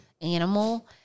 animal